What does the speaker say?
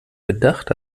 gedacht